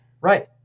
Right